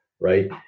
right